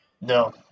No